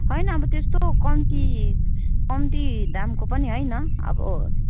होइन अब त्यस्तो कम्ती कम्ती दामको पनि होइन अब